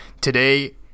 Today